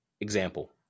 example